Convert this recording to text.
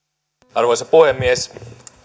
arvoisa puhemies